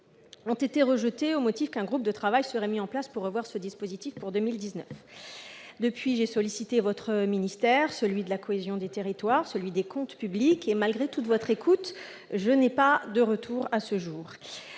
ont été rejetés, au motif qu'un groupe de travail serait mis en place en vue de revoir ce dispositif pour 2019. Depuis lors, j'ai sollicité votre ministère, ainsi que celui de la cohésion des territoires et celui des comptes publics et, malgré toute votre écoute, je n'ai pas eu, à ce jour,